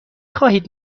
خواهید